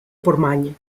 portmany